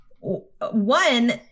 One